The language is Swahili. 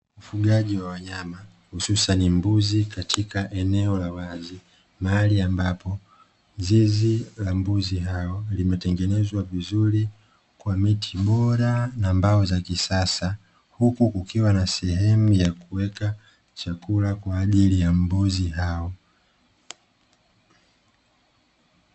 Ufugaji wa wanyama hususani mbuzi katika eneo la wazi, mahali ambapo zizi la mbuzi hao limetengenezwa vizuri kwa miti bora na mbao za kisasa, huku kukiwa na sehemu ya kuweka chakula kwa ajili ya mbuzi hao.